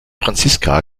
franziska